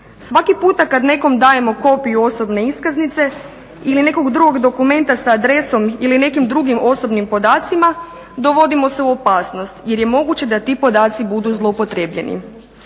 Svaki puta kad nekom dajemo kopiju osobne iskaznice ili nekog drugog dokumenta sa adresom ili nekim drugim osobnim podacima dovodimo se u opasnost jer je moguće da ti podaci budu zloupotrebljeni.